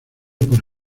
por